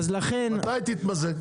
למה שלא תהיה הגדרה אחידה גם בחוק,